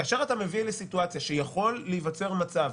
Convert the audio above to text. כאשר אתה מביא לסיטואציה שיכול להיווצר מצב,